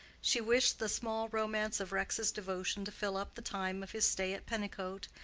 she wished the small romance of rex's devotion to fill up the time of his stay at pennicote,